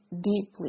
deeply